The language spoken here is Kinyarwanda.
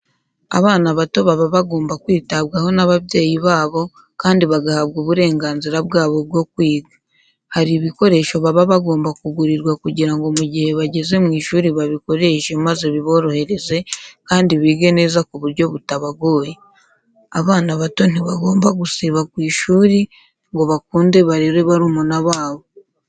Abana bato baba bagomba kwitabwaho n'ababyeyi babo kandi bagahabwa uburenganzira bwabo bwo kwiga. Hari ibikoresho baba bagomba kugurirwa kugira ngo mu gihe bageze mu ishuri babikoreshe maze biborohereze kandi bige neza ku buryo butabagoye. Abana bato ntibagomba gusiba ku ishuri ngo bakunde barere barumuna babo.